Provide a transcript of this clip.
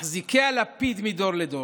מחזיקי הלפיד מדור לדור.